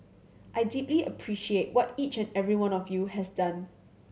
I deeply appreciate what each and every one of you has done